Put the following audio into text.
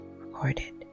recorded